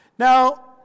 Now